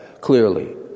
clearly